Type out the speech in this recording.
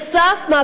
נוסף על כך,